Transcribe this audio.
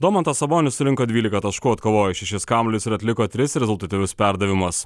domantas sabonis surinko dvylika taškų atkovojo šešis kamuolius ir atliko tris rezultatyvius perdavimus